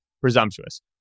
presumptuous